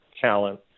talent